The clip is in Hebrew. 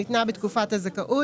שניתנה בתקופת הזכאות,